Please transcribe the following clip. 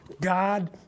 God